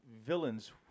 Villains